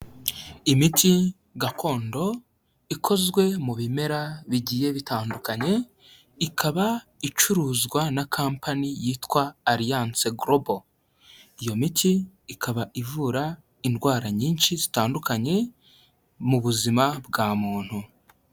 Imiti gakondo ikozwe mu bimera bigiye bitandukanye, ikaba icuruzwa na campany yitwa Alliance Global, iyo miti ikaba ivura indwara nyinshi zitandukanye mu buzima bwa muntu.